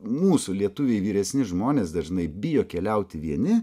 mūsų lietuviai vyresni žmonės dažnai bijo keliauti vieni